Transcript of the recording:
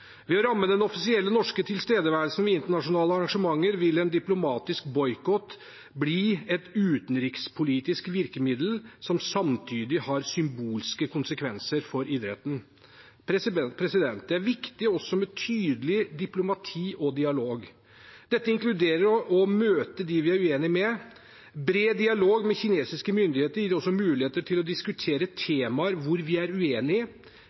Ved å ramme den offisielle norske tilstedeværelsen ved internasjonale arrangementer vil en diplomatisk boikott bli et utenrikspolitisk virkemiddel som samtidig har symbolske konsekvenser for idretten. Det er også viktig med tydelig diplomati og dialog. Dette inkluderer å møte dem vi er uenige med. Bred dialog med kinesiske myndigheter gir også muligheter til å diskutere temaer hvor vi er uenige,